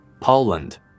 Poland